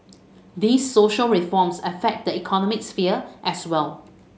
these social reforms affect the economic sphere as well